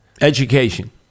Education